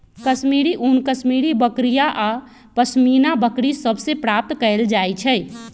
कश्मीरी ऊन कश्मीरी बकरि आऽ पशमीना बकरि सभ से प्राप्त कएल जाइ छइ